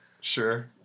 Sure